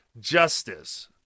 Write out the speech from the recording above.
justice